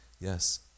Yes